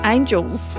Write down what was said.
Angels